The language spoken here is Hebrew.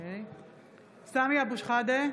(קוראת בשמות חברי הכנסת) סמי אבו שחאדה,